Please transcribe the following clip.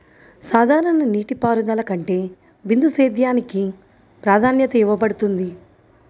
సాధారణ నీటిపారుదల కంటే బిందు సేద్యానికి ప్రాధాన్యత ఇవ్వబడుతుంది